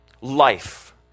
life